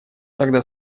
тогда